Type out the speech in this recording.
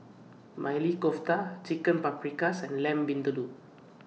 Maili Kofta Chicken Paprikas and Lamb Vindaloo